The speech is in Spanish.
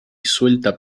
suelta